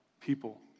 people